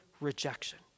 rejection